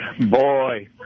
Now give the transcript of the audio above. Boy